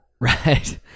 Right